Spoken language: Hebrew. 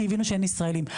כי הבינו שאין ישראלים,